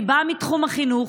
אני באה מתחום החינוך,